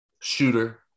Shooter